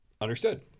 Understood